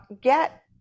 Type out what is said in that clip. Get